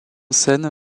scène